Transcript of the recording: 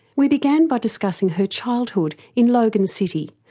we began by discussing her childhood in logan city,